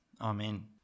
amen